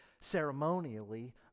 ceremonially